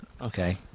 Okay